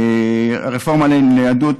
הרפורמה לניידות,